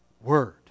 word